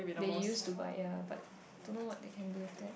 they use to buy yea but don't know what they can do with that